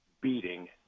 beating